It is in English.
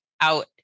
out